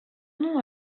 nom